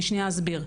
אני שניה אסביר,